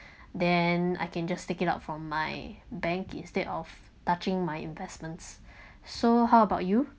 then I can just take it out from my bank instead of touching my investments so how about you